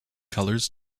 colours